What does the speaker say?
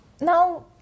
Now